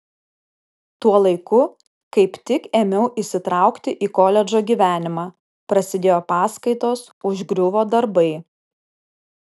tuo laiku kaip tik ėmiau įsitraukti į koledžo gyvenimą prasidėjo paskaitos užgriuvo darbai